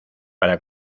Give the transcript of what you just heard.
para